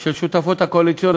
של השותפות הקואליציוניות,